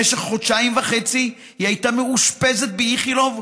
במשך חודשיים וחצי היא הייתה מאושפזת באיכילוב,